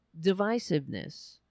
divisiveness